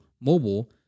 mobile